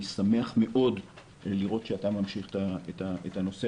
אני שמח מאוד לראות שאתה ממשיך את הנושא